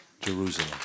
Jerusalem